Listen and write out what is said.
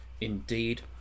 Indeed